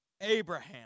Abraham